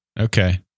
okay